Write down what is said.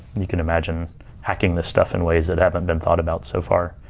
you can imagine hacking the stuff in ways that haven't been thought about so far.